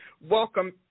welcome